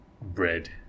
Bread